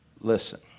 Listen